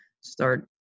Start